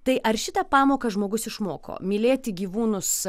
tai ar šitą pamoką žmogus išmoko mylėti gyvūnus